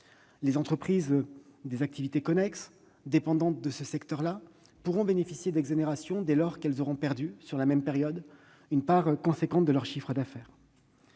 Les entreprises ayant des activités connexes de ces secteurs pourront bénéficier d'exonérations, dès lors qu'elles auront perdu, sur la même période, une part importante de leur chiffre d'affaires.